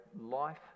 life